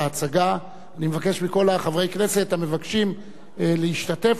אני מבקש מכל חברי הכנסת המבקשים להשתתף להודיע על כך,